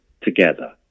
together